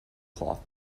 cloth